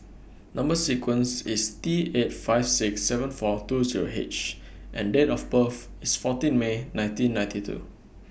Number sequence IS T eight five six seven four two Zero H and Date of birth IS fourteen May nineteen ninety two